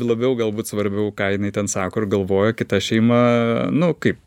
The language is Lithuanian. labiau galbūt svarbiau ką jinai ten sako ir galvoja kita šeima nu kaip